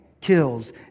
kills